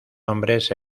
hombres